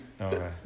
okay